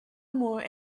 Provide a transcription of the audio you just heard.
more